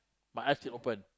my eyes still open